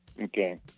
Okay